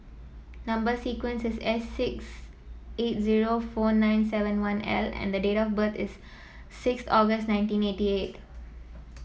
number sequence is S six eight zero four nine seven one L and date of birth is six August nineteen eighty eight